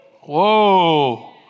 Whoa